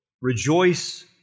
rejoice